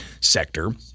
sector